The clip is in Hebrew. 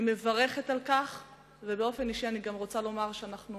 אני מברכת על כך ובאופן אישי אני גם רוצה לומר שאנחנו